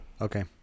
Okay